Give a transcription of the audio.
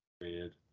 Weird